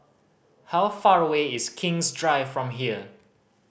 how far away is King's Drive from here